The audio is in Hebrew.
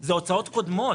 זה הוצאות קודמות.